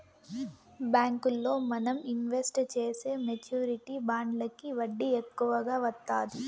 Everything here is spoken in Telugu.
బ్యాంకుల్లో మనం ఇన్వెస్ట్ చేసే మెచ్యూరిటీ బాండ్లకి వడ్డీ ఎక్కువ వత్తాది